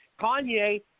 Kanye